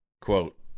quote